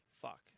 Fuck